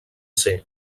ser